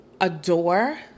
adore